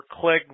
click